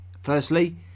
Firstly